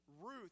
Ruth